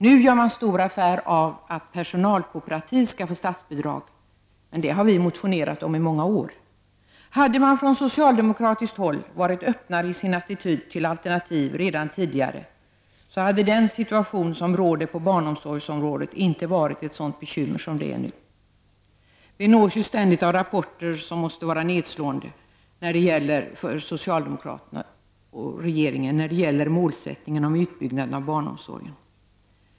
Nu gör man stor affär av att personalkooperativ kan få statsbidrag. Men det har vi motionerat om i många år. Hade man från socialdemokratiskt håll varit öppen i sin attityd till alternativ redan tidigare, hade den situation som råder på barnomsorgsområdet inte varit sådant bekymmer som till nu. Vi nås ständigt av rapporter som måste vara nedslående för socialdemokraterna och regeringen när det gäller målsättningen om utbyggnad av barnomsorgen.